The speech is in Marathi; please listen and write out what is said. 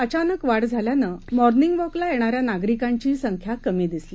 अचानक वाढ झाल्यानं मॉर्निंग वॉकला येणाऱ्या नागरिकांचीही संख्या कमी दिसली